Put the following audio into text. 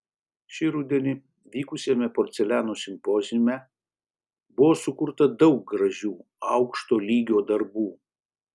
šį rudenį vykusiame porceliano simpoziume buvo sukurta daug gražių aukšto lygio darbų